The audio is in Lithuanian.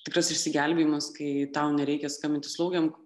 tikras išsigelbėjimas kai tau nereikia skambinti slaugėm